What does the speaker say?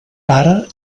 pare